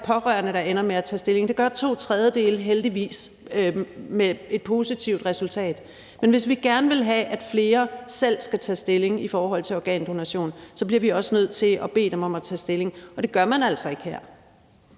pårørende, der ender med at tage stilling. Det gør to tredjedele heldigvis med et positivt resultat. Men hvis vi gerne vil have, at flere selv skal tage stilling til organdonation, bliver vi også nødt til at bede dem om at tage stilling, og det gør man altså ikke her.